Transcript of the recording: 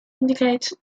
indicates